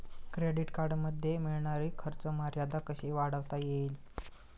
Credit कार्डमध्ये मिळणारी खर्च मर्यादा कशी वाढवता येईल?